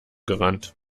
gerannt